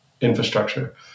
infrastructure